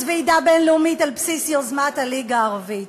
ועידה בין-לאומית על בסיס יוזמת הליגה הערבית.